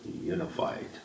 unified